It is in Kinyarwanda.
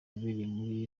yabereye